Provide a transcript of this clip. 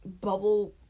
bubble